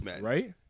Right